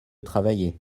travailler